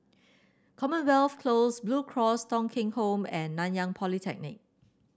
Commonwealth Close Blue Cross Thong Kheng Home and Nanyang Polytechnic